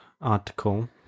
Article